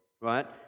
right